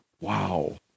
wow